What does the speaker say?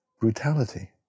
brutality